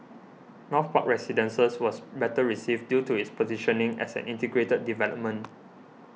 North Park Residences was better received due to its positioning as an integrated development